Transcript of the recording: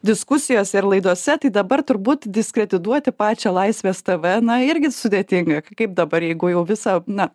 diskusijose ir laidose tai dabar turbūt diskredituoti pačią laisvės tv na irgi sudėtinga kaip dabar jeigu jau visą na